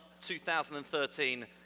2013